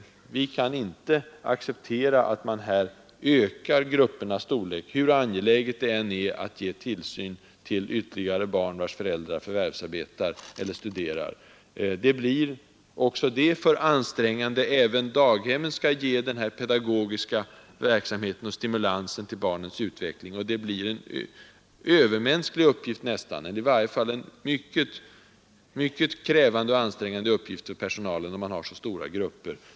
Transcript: Vi kan inte acceptera att man ökar gruppernas storlek hur angeläget det än är att ge tillsyn till ytterligare barn, vilkas föräldrar förvärvsarbetar eller studerar. Det blir för ansträngande — även daghemmen skall ge pedagogisk verksamhet och stimulans till barnens utveckling. Det blir en nästan övermänsklig uppgift eller i varje fall en mycket krävande och ansträngande uppgift för personalen, om man har så stora grupper.